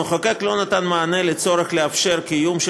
המחוקק לא נתן מענה לצורך לאפשר קיום של